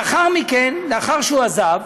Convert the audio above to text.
לאחר מכן, לאחר שהוא עזב,